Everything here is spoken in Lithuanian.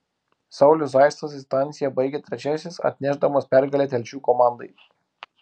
saulius zaicas distanciją baigė trečiasis atnešdamas pergalę telšių komandai